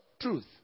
truth